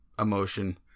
emotion